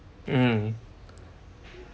mm